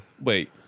wait